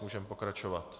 Můžeme pokračovat.